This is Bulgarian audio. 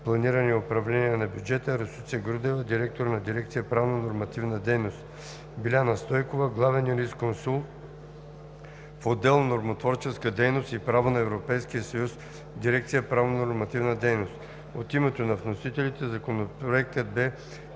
„Планиране и управление на бюджета“, Росица Грудева – директор на дирекция „Правнонормативна дейност“, Биляна Стойкова – главен юрисконсулт в отдел „Нормотворческа дейност и право на ЕС“ в дирекция „Правнонормативна дейност“. От името на вносителите Законопроектът бе